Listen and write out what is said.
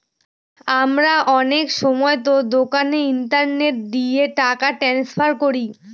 আমরা অনেক সময়তো দোকানে ইন্টারনেট দিয়ে টাকা ট্রান্সফার করি